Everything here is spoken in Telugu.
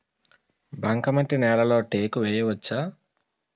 బంకమట్టి నేలలో టేకు వేయవచ్చా?